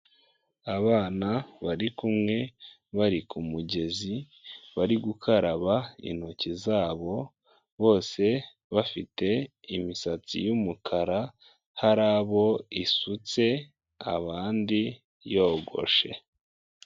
Abana bari kumwe, bari ku mugezi, bari gukaraba intoki zabo, bose bafite imisatsi y'umukara, hari abo isutse, abandi yogoshe.